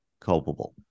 culpable